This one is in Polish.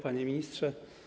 Panie Ministrze!